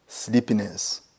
sleepiness